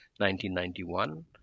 1991